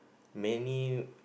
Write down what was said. many